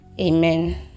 amen